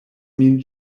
min